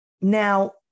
now